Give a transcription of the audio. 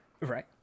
Right